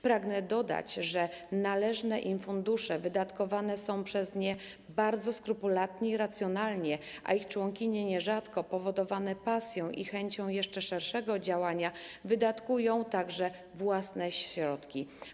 Pragnę dodać, że należne im fundusze wydatkowane są przez nie bardzo skrupulatnie i racjonalnie, a ich członkinie nierzadko, powodowane pasją i chęcią jeszcze szerszego działania, wydatkują także własne środki.